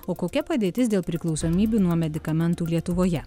o kokia padėtis dėl priklausomybių nuo medikamentų lietuvoje